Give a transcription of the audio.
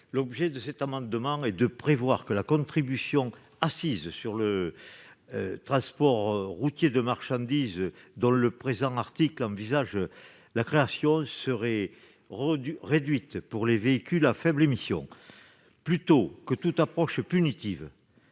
L'objet de cet amendement est de prévoir que la contribution assise sur le transport routier de marchandises, dont le présent article envisage la création, soit réduite pour les véhicules à faibles émissions. Plutôt que de prévoir une approche punitive,